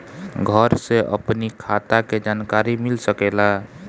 घर से अपनी खाता के जानकारी मिल सकेला?